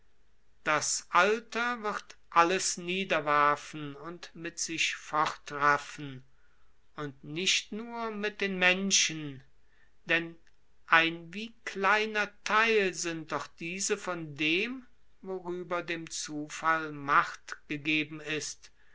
das alter wird alles niederwerfen und mit sich fortraffen und nicht nur mit menschen denn ein wie kleiner theil sind doch diese von dem worüber dem zufall macht gegeben ist